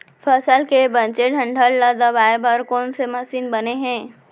फसल के बचे डंठल ल दबाये बर कोन से मशीन बने हे?